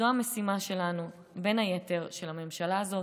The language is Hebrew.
זאת המשימה שלנו, ובין היתר של הממשלה הזאת.